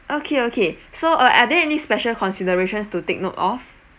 okay okay so uh are there any special considerations to take note of